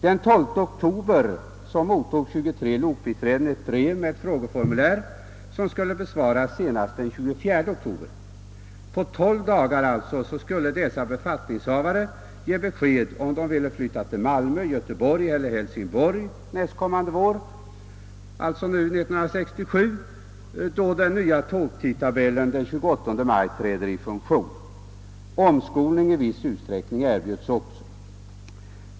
Den 12 oktober mottog 23 lokbiträden ett brev med frågeformulär som skulle besvaras senast den 24 oktober. På tolv dagar skulle alltså dessa befattningshavare lämna besked om huruvida de ville flytta till Malmö, Göteborg eller Hälsingborg nästkommande vår, alltså till den 28 maj 1967 då den nya tågtidtabellen träder i kraft. Omskolning i viss utsträckning erbjöds också.